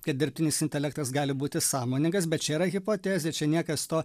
kad dirbtinis intelektas gali būti sąmoningas bet čia yra hipotezė čia niekas to